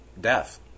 death